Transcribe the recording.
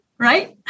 Right